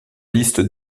liste